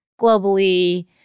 globally